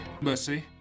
Mercy